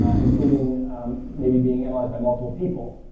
ah including maybe being analyzed by multiple people.